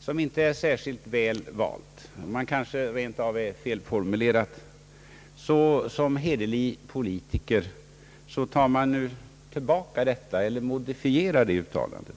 som inte är särskilt väl genomtänkt eller kanske rent av felformulerat, så tar man som hederlig politiker tillbaka detta uttalande eller modifierar det om man blir uppmärksamgjord på det.